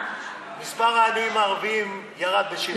מספר העניים הערבים ירד ב-7%.